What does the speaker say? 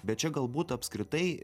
bet čia galbūt apskritai